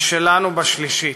היא שלנו בשלישית,